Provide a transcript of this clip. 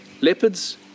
Leopards